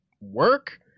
work